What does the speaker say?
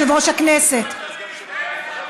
שלוש פעמים.